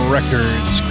Records